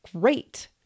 great